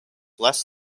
less